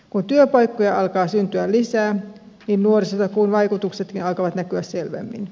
kun työpaikkoja alkaa syntyä lisää nuorisotakuun vaikutuksetkin alkavat näkyä selvemmin